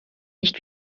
nicht